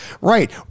right